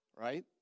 right